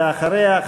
ואחריה,